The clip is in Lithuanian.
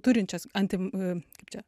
turinčios anti m a kaip čia